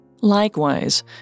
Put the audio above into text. Likewise